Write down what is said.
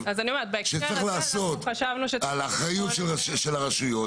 שצריך לעשות מבחינת האחריות של הרשויות,